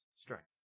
Strength